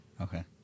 Okay